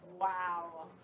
Wow